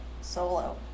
solo